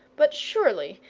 but, surely,